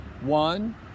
One